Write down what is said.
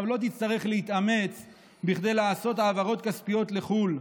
לא תצטרך להתעמת כדי לעשות העברות כספיות לחו"ל.